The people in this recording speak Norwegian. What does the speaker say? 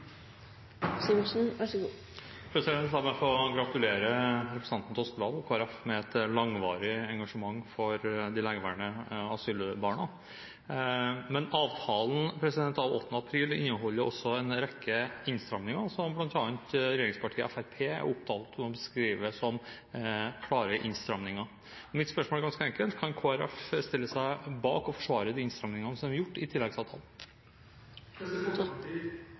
Toskedal og Kristelig Folkeparti med et langvarig engasjement for de lengeværende asylbarna. Men avtalen av 8. april inneholder også en rekke innstramninger, som bl.a. regjeringspartiet Fremskrittspartiet er opptatt av å beskrive som klare innstramninger. Mitt spørsmål er ganske enkelt: Kan Kristelig Folkeparti stille seg bak og forsvare de innstramningene som er gjort i